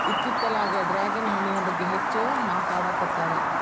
ಇತ್ತಿತ್ತಲಾಗ ಡ್ರ್ಯಾಗನ್ ಹಣ್ಣಿನ ಬಗ್ಗೆ ಹೆಚ್ಚು ಮಾತಾಡಾಕತ್ತಾರ